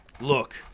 look